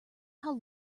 how